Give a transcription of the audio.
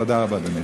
תודה רבה, אדוני.